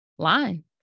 line